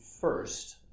first